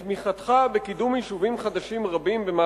את תמיכתך במהלך השנה האחרונה בקידום יישובים חדשים רבים,